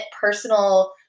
personal